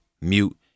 mute